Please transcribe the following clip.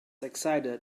excited